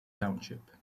township